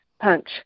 punch